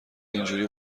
اینجوری